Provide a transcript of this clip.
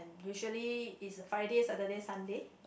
usually it's a Friday Saturday Sunday